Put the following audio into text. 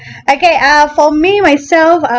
okay uh for me myself uh